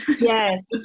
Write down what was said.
yes